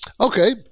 Okay